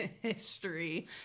history